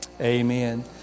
amen